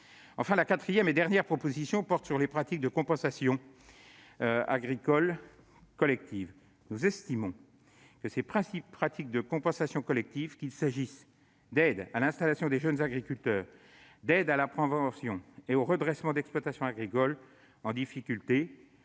Enfin, la quatrième et dernière proposition porte sur les pratiques de compensation agricole collective. Nous estimons que ces pratiques, qu'il s'agisse d'aides à l'installation de jeunes agriculteurs, d'aides à la prévention et au redressement d'exploitations agricoles en difficulté